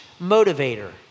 motivator